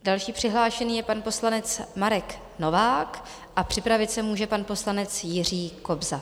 Další přihlášený je pan poslanec Marek Novák a připravit se může pan poslanec Jiří Kobza.